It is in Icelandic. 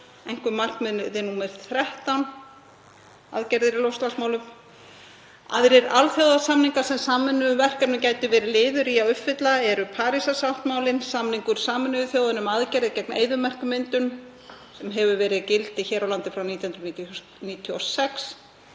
markmiði nr. 13: Aðgerðir í loftslagsmálum. Aðrir alþjóðasamningar sem samvinnuverkefnið gæti verið liður í að uppfylla eru: Parísarsáttmálinn, Samningur Sameinuðu þjóðanna um aðgerðir gegn eyðimerkurmyndun sem hefur verið í gildi hér á landi frá árinu